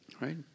right